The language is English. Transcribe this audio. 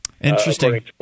Interesting